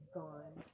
gone